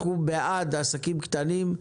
אנחנו בעד עסקים קטנים,